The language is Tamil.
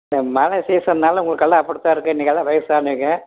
மழை சீசன்னால் உங்களுக்கெல்லாம் அப்படித்தான் இருக்கும் நீங்கள் எல்லாம் வயசான நீங்கள்